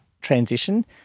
transition